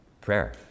Prayer